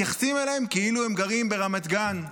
מתייחסים אליהם כאילו הם גרים ברמת גן,